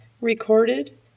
recorded